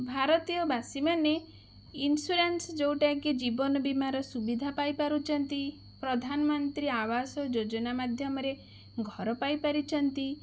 ଭାରତୀୟବାସୀ ମାନେ ଇନ୍ସୁରାନ୍ସ ଯେଉଁଟାକି ଜୀବନ ବୀମାର ସୁବିଧା ପାଇ ପାରୁଛନ୍ତି ପ୍ରଧାନମନ୍ତ୍ରୀ ଆବାସ ଯୋଜନା ମାଧ୍ୟମରେ ଘର ପାଇପାରିଛନ୍ତି